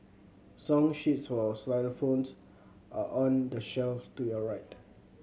song sheets for xylophones are on the shelf to your right